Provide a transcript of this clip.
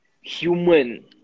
human